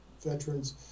Veterans